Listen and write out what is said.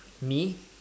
me